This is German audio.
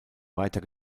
weiter